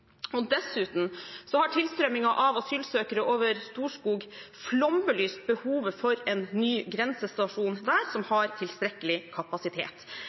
Dessuten har tilstrømmingen av asylsøkere over Storskog flombelyst behovet for en ny grensestasjon der som har tilstrekkelig kapasitet.